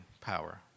power